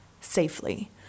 safely